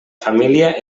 família